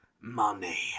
money